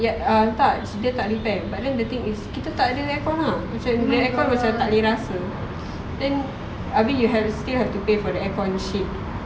ya uh tak dia repair but you know the thing is kita tak ada aircon ah the aircon macam tak boleh rasa then abeh you have still have to pay for the aircon shit